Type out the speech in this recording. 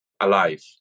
alive